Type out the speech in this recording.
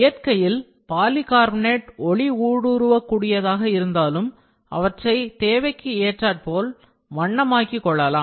இயற்கையில் பாலிகார்பனேட் ஒளி ஊடுருவ கூடியதாக இருந்தாலும் அவற்றை தேவைக்கு ஏற்றாற்போல் வண்ணமாக்கி கொள்ளலாம்